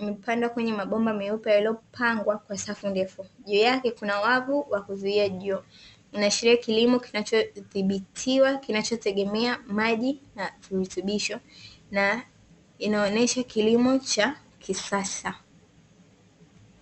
imepandwa kwenye mabomba meupe yaliyopangwa kwa safu ndefu juu yake kuna wavu wa kuzuia jua ,inaashiria kilimo kinachodhibitiwa kinachotegemea maji na virutubisho, na inaonesha kilimo cha kisasa.